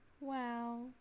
Wow